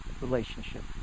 relationship